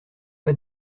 pas